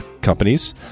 companies